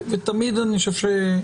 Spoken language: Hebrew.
אני חושב שתמיד,